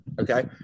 Okay